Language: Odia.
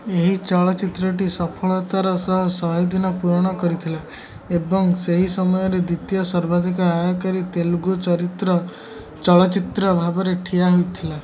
ଏହି ଚଳଚ୍ଚିତ୍ରଟି ସଫଳତାର ସହ ଶହେଦିନ ପୂରଣ କରିଥିଲା ଏବଂ ସେହି ସମୟରେ ଦ୍ୱିତୀୟ ସର୍ବାଧିକ ଆୟକାରୀ ତେଲୁଗୁ ଚରିତ୍ର ଚଳଚ୍ଚିତ୍ର ଭାବରେ ଠିଆ ହୋଇଥିଲା